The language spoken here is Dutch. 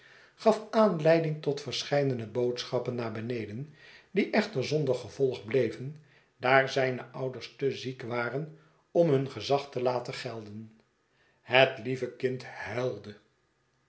gaf aanleiding tot verscheidene boodschappen naar beneden die echter zonder gevolg eleven daar zijne ouders te ziek waren om hun gezag te laten gelden het lieve kind huilde